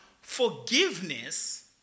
forgiveness